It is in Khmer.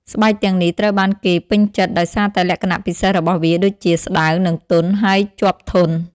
ស្បែកទាំងនេះត្រូវបានគេពេញចិត្តដោយសារតែលក្ខណៈពិសេសរបស់វាដូចជា ស្តើង និងទន់ ហើយជាប់ធន់។